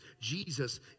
Jesus